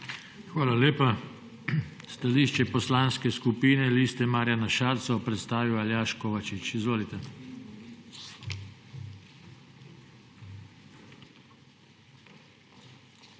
Hvala lepa. Stališče Poslanske skupine Liste Marjana Šarca bo predstavil Aljaž Kovačič. Izvolite.